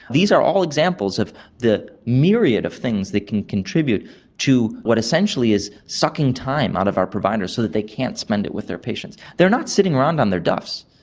these are all examples of the myriad of things that can contribute to what essentially is sucking time out of our providers so that they can't spend it with their patients. they're not sitting around on their duffs,